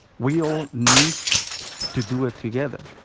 we all need to do it together.